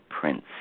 prince